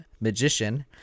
magician